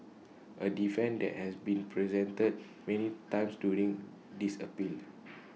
A defence that has been presented many times during this appeal